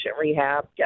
rehab